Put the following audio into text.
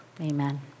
amen